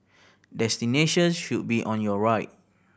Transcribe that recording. destination should be on your right